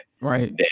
Right